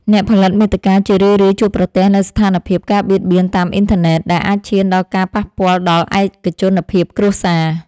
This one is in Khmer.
អ្នកផលិតមាតិកាជារឿយៗជួបប្រទះនូវស្ថានភាព ការបៀតបៀនតាមអ៊ីនធឺណិត ដែលអាចឈានដល់ការប៉ះពាល់ដល់ឯកជនភាពគ្រួសារ។